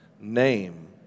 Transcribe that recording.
name